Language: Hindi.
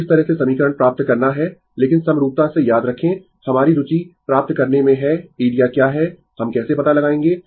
तो इस तरह से समीकरण प्राप्त करना है लेकिन समरूपता से याद रखें हमारी रुचि प्राप्त करने में है एरिया क्या है हम कैसे पता लगाएंगें